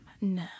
No